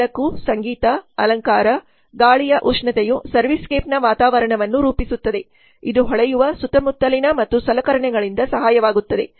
ಬೆಳಕು ಸಂಗೀತ ಅಲಂಕಾರ ಗಾಳಿಯ ಉಷ್ಣತೆಯು ಸರ್ವಿಸ್ ಸ್ಕೇಪ್ನ ವಾತಾವರಣವನ್ನು ರೂಪಿಸುತ್ತದೆ ಇದು ಹೊಳೆಯುವ ಸುತ್ತಮುತ್ತಲಿನ ಮತ್ತು ಸಲಕರಣೆಗಳಿಂದ ಸಹಾಯವಾಗುತ್ತದೆ